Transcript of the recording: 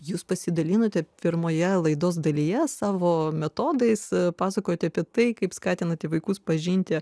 jūs pasidalinote pirmoje laidos dalyje savo metodais pasakoti apie tai kaip skatinate vaikus pažinti